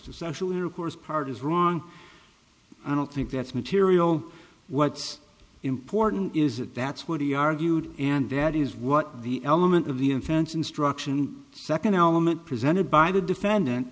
actual intercourse part is wrong i don't think that's material what's important is that that's what he argued and that is what the element of the offense instruction second element presented by the defendant